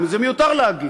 מיותר להגיד,